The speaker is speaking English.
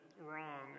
wrong